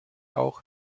auch